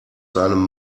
seinem